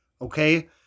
Okay